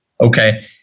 Okay